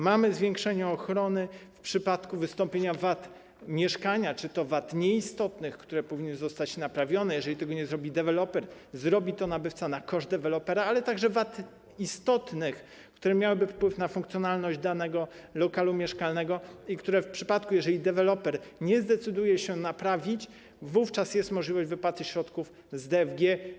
Mamy zwiększenie ochrony w przypadku wystąpienia wad mieszkania, wad nieistotnych, które powinny zostać naprawione - jeżeli tego nie zrobi deweloper, zrobi to nabywca na koszt dewelopera - ale także wad istotnych, które miałyby wpływ na funkcjonalność danego lokalu mieszkalnego i które w przypadku, gdy deweloper nie zdecyduje się naprawić, jest możliwość wypłaty środków z DFG.